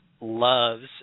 loves